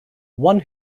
one